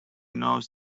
knows